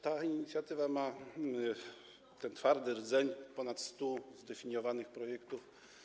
Ta inicjatywa ma ten twardy rdzeń - ponad 100 zdefiniowanych projektów.